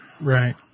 Right